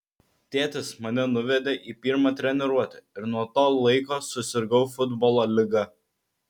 tėtis mane nuvedė į pirmą treniruotę ir nuo to laiko susirgau futbolo liga